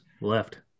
left